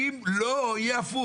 כי אם לא, יהיה הפוך.